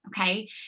Okay